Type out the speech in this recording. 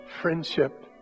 friendship